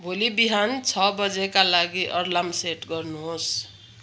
भोलि बिहान छ बजेका लागि अर्लाम सेट गर्नुहोस्